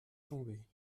tombée